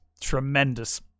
tremendous